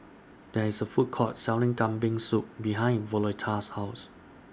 There IS A Food Court Selling Kambing Soup behind Violetta's House